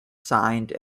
signed